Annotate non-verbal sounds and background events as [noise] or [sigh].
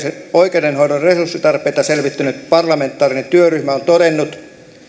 [unintelligible] ja oikeudenhoidon resurssitarpeita selvittänyt parlamentaarinen työryhmä on todennut